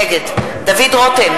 נגד דוד רותם,